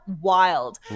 wild